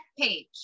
page